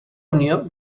unió